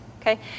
Okay